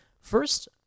First